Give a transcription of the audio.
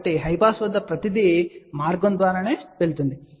కాబట్టి high pass వద్ద ప్రతిదీ మార్గం ద్వారా వెళుతుంది